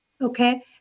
Okay